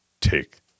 take